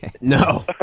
No